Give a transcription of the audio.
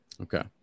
Okay